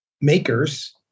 makers